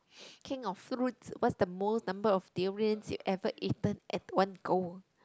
king of fruits what's the most number of durians you ever eaten at one go